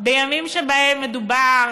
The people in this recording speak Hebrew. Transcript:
בימים שבהם מדובר